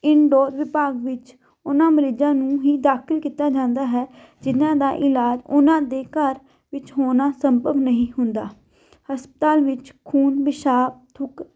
indoor ਵਿਭਾਗ ਵਿੱਚ ਉਹਨਾਂ ਮਰੀਜ਼ਾਂ ਨੂੰ ਹੀ ਦਾਖਿਲ ਕੀਤਾ ਜਾਂਦਾ ਹੈ ਜਿਹਨਾਂ ਦਾ ਇਲਾਜ ਉਹਨਾਂ ਦੇ ਘਰ ਵਿੱਚ ਹੋਣਾ ਸੰਭਵ ਨਹੀਂ ਹੁੰਦਾ ਹਸਪਤਾਲ ਵਿੱਚ ਖੂਨ ਪਿਸ਼ਾਬ ਥੁੱਕ